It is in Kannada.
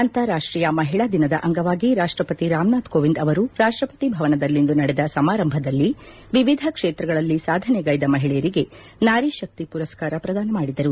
ಅಂತಾರಾಷ್ಷೀಯ ಮಹಿಳಾ ದಿನದ ಅಂಗವಾಗಿ ರಾಷ್ಟಪತಿ ರಾಮನಾಥ್ ಕೋವಿಂದ್ ಅವರು ರಾಷ್ಟಪತಿ ಭವನದಲ್ಲಿಂದು ನಡೆದ ಸಮಾರಂಭದಲ್ಲಿ ವಿವಿಧ ಕ್ಷೇತ್ರಗಳಲ್ಲಿ ಸಾಧನೆಗೈದ ಮಹಿಳೆಯರಿಗೆ ನಾರಿಶಕ್ತಿ ಪುರಸ್ನಾರ ಪ್ರದಾನ ಮಾಡಿದರು